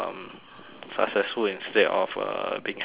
successful instead of uh being happy ah